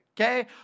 Okay